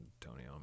Tony